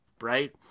right